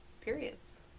periods